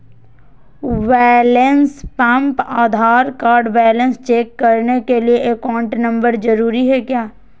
Balance pump Aadhaar card balance check करने के लिए अकाउंट नंबर जरूरी है क्या?